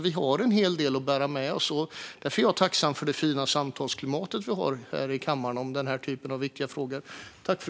Vi har en hel del att bära med oss, och därför är jag tacksam för det fina samtalsklimat vi har här i kammaren om den här typen av viktiga frågor.